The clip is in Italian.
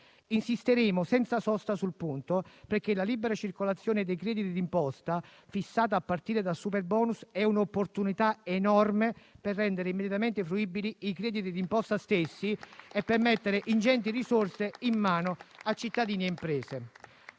Insisteremo senza sosta sul punto, perché la libera circolazione dei crediti d'imposta, fissata a partire dal superbonus, è un'opportunità enorme per rendere immediatamente fruibili i crediti d'imposta stessi e per mettere ingenti risorse in mano a cittadini e imprese.